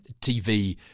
TV